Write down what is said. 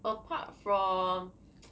apart from